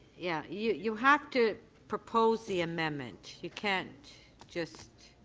yeah you you have to propose the amendment. you can't just